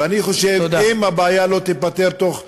ואני חושב שאם הבעיה לא תיפתר בתוך יום,